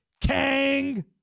Kang